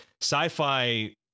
sci-fi